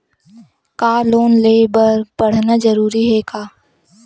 का लोन ले बर पढ़ना जरूरी हे का?